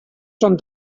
són